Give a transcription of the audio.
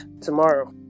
tomorrow